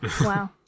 Wow